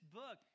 book